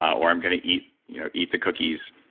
or i'm gonna eat you know eat the cookies.